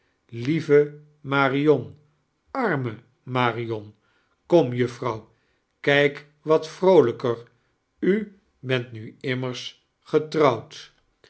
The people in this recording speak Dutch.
liav marion arrae marion kom juffrouw kijk wat vroolijker u bent run immers getrouwd